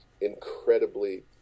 incredibly